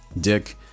dick